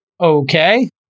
okay